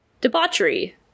debauchery